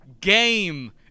game